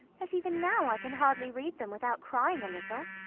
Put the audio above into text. that even now i can hardly read them without crying a little.